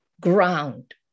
ground